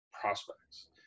prospects